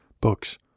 books